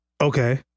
Okay